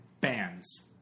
bands